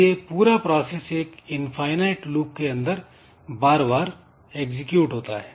यह पूरा प्रोसेस एक इनफाईनाइट लूप के अंदर बार बार एग्जीक्यूट होता है